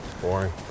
Boring